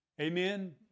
Amen